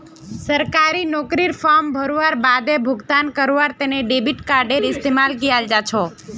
सरकारी नौकरीर फॉर्म भरवार बादे भुगतान करवार तने डेबिट कार्डडेर इस्तेमाल कियाल जा छ